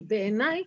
בעיניי,